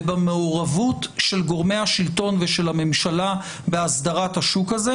ובמעורבות של גורמי השלטון ושל הממשלה בהסדרת השוק הזה.